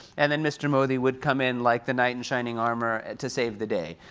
and then mr. modi would come in like the knight in shining armor to save the day.